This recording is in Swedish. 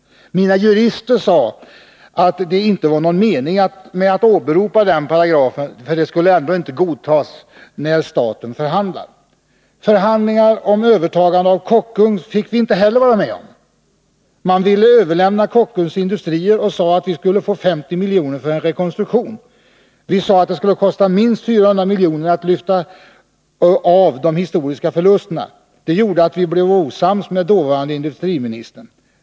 Mina jurister sade att det inte var någon mening med att åberopa den paragrafen, för det skulle inte godtas när staten förhandlar. Förhandlingarna om övertagande om Kockums fick vi inte heller vara med om. Man ville överlämna Kockums industrier, och sade att vi skulle få 50 miljoner för en rekonstruktion. Vi sade att det skulle kosta minst 400 miljoner att lyfta av historiska förluster. Det gjorde att vi blev osams med dåvarande industriministern.